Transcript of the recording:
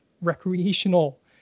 recreational